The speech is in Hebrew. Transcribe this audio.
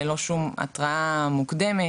ללא שום התראה מוקדמת.